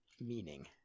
Meaning